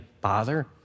bother